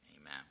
Amen